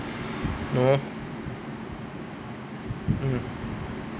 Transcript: !huh! mm